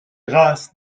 races